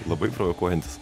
labai provokuojantis